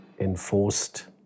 Enforced